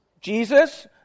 Jesus